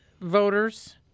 voters